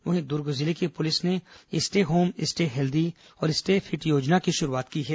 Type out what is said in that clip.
वहीं दुर्ग जिले की पुलिस ने स्टे होम स्टे हेल्दी और स्टे फिट योजना की शुरूआत की है